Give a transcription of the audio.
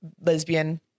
lesbian